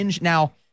Now